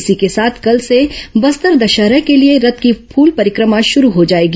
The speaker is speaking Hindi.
इसी के साथ कल से बस्तर दशहरे के लिए रथ की फूल परिक्रमा शुरू हो जाएगी